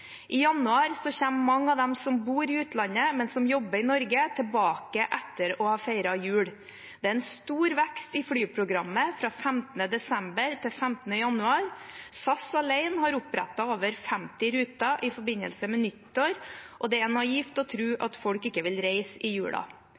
I januar kommer mange av dem som bor i utlandet, men som jobber i Norge, tilbake etter å ha feiret jul. Det er en stor vekst i flyprogrammet fra 15. desember til 15. januar. SAS alene har opprettet over 50 ruter i forbindelse med nyttår, og det er naivt å tro